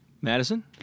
Madison